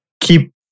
keep